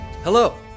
Hello